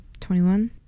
21